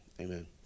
amen